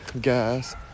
gas